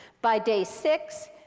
by day six,